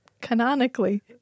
canonically